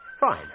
fine